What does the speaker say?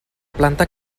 planta